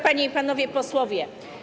Panie i Panowie Posłowie!